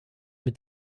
mit